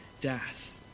death